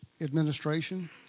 administration